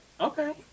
Okay